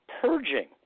purging